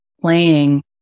playing